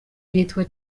nitwa